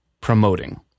promoting